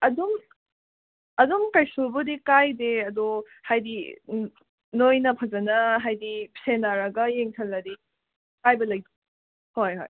ꯑꯗꯨꯝ ꯑꯗꯨꯝ ꯀꯩꯁꯨꯕꯨꯗꯤ ꯀꯥꯏꯗꯦ ꯑꯗꯣ ꯍꯥꯏꯗꯤ ꯅꯣꯏꯅ ꯐꯖꯅ ꯍꯥꯏꯗꯤ ꯁꯦꯟꯅꯔꯒ ꯌꯦꯡꯖꯜꯂꯗꯤ ꯀꯥꯏꯕ ꯂꯩꯇꯦ ꯍꯣꯏ ꯍꯣꯏ